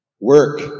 work